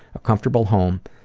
a comfortable home,